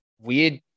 weird